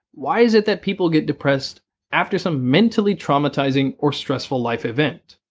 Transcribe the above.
why is it that people get depressed after some mentally traumatizing or stressful life event?